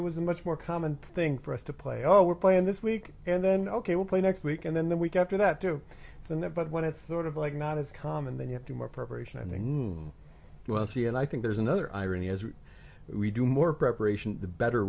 we was a much more common thing for us to play oh we're playing this week and then ok we'll play next week and then the week after that to the net but when it's sort of like not as common then you do more preparation and then well she and i think there's another irony as we do more preparation the better